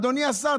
אדוני השר,